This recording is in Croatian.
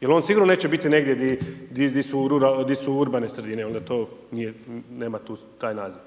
Jer on sigurno neće biti negdje gdje su urbane sredine, onda to nije, nema taj naziv.